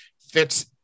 fits